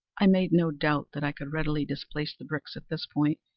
i made no doubt that i could readily displace the bricks at this point,